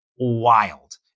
wild